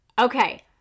Okay